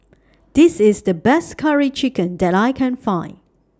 This IS The Best Curry Chicken that I Can Find